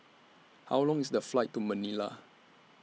How Long IS The Flight to Manila